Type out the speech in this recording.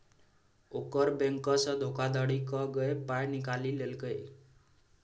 ओकर बैंकसँ धोखाधड़ी क कए पाय निकालि लेलकै